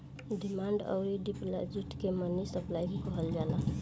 demand अउर deposit के money supply भी कहल जाला